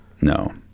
No